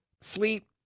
sleep